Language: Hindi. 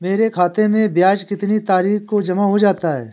मेरे खाते में ब्याज कितनी तारीख को जमा हो जाता है?